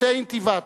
שתי אינתיפאדות,